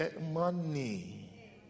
money